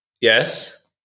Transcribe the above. Yes